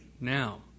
now